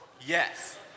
Yes